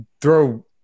throw